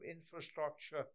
infrastructure